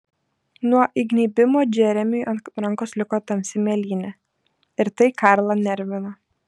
nuo įgnybimo džeremiui ant rankos liko tamsi mėlynė ir tai karlą nervino